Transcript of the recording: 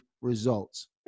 results